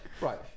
right